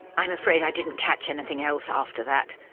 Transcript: i'm afraid i didn't catch anything else after that.